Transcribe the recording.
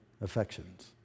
affections